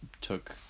took